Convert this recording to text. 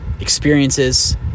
experiences